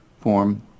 form